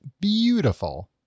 beautiful